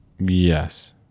Yes